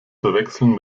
verwechseln